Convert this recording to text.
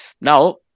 now